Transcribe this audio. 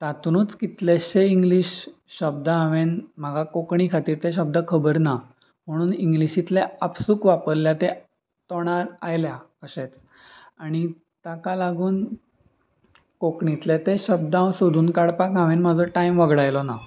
तातुंनूच कितलेशेच इंग्लीश शब्द हांवें म्हाका कोंकणी खातीर ते शब्द खबर ना म्हणून इंग्लिशींतले आपसूक वापरल्या ते तोंडान आयल्या अशेंच आनी ताका लागून कोंकणींतले ते शब्द हांव सोदून काडपाक हांवें म्हजो टायम वगडायलो ना